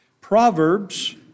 Proverbs